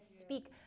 speak